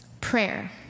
Prayer